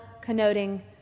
connoting